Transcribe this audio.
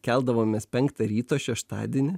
keldavomės penktą ryto šeštadienį